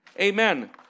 amen